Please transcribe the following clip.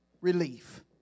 Relief